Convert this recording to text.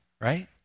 right